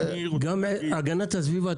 גם במשרד להגנת הסביבה.